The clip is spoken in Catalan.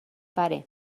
pare